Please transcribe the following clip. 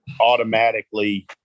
automatically